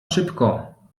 szybko